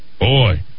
Boy